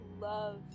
love